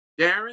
Darren